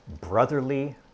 brotherly